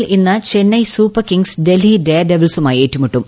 ൽ ഇന്ന് Chennai super kings Delhi dare ഡെവിൾസുമായി ഏറ്റുമുട്ടും